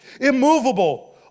immovable